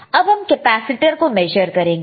अब हम कैपेसिटर को मेजर करेंगे